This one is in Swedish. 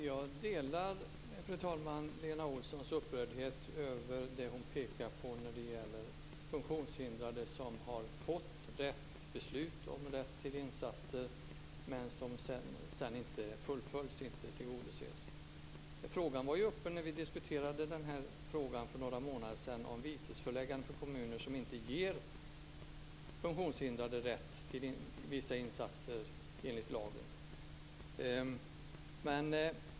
Fru talman! Jag instämmer i Lena Olssons upprördhet över funktionshindrade som har fått beslut om rätt till insatser men som sedan inte blir tillgodosedda. Den frågan var ju uppe för några månader sedan när vi diskuterade vitesföreläggande för kommuner som inte ger funktionshindrade rätt till vissa insatser enligt lagen.